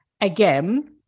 again